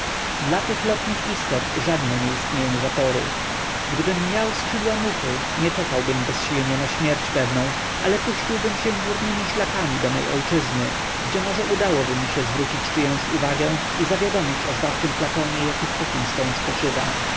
dla tych lotnych istot żadne nie istnieją zapory gdybym miał skrzydła muchy nie czekałbym bezsilnie na śmierć pewną ale puściłbym się górnemi szlakami do mej ojczyzny gdzie może udałoby mi się zwrócić czyją uwagę i zawiadomić o zbawczym flakonie jaki w puckinstone spoczywa